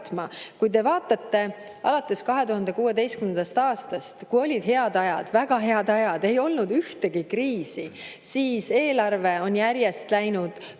Kui te vaatate, alates 2016. aastast, kui olid head ajad, väga head ajad, ei olnud ühtegi kriisi, siis eelarve on järjest läinud